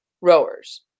rowers